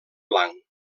blanc